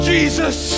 Jesus